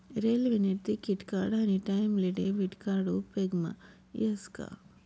रेल्वेने तिकिट काढानी टाईमले डेबिट कार्ड उपेगमा यस का